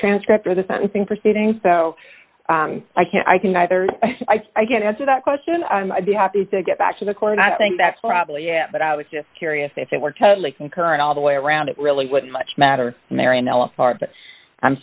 transcript or the sentencing proceedings so i can't i can either i can't answer that question i'd be happy to get back to the court and i think that probably yeah but i was just curious if it were totally concurrent all the way around it really wouldn't much matter